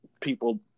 people